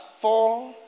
four